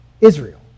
Israel